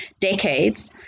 decades